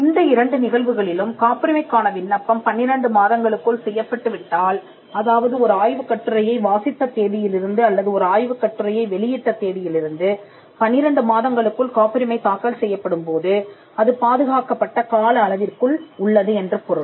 இந்த இரண்டு நிகழ்வுகளிலும் காப்புரிமைக் கான விண்ணப்பம் 12 மாதங்களுக்குள் செய்யப்பட்டுவிட்டால் அதாவது ஒரு ஆய்வுக்கட்டுரையை வாசித்த தேதியிலிருந்து அல்லது ஒரு ஆய்வுக்கட்டுரையை வெளியிட்ட தேதியில் இருந்து 12 மாதங்களுக்குள் காப்புரிமை தாக்கல் செய்யப்படும் போது அது பாதுகாக்கப்பட்ட கால அளவிற்குள் உள்ளது என்று பொருள்